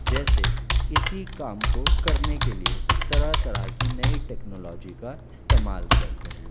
جیسے اسی کام کو کرنے کے لیے طرح طرح کی نئی ٹیکنالوجی کا استعمال کرتے ہیں